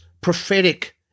prophetic